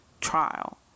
trial